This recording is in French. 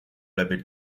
label